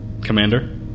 Commander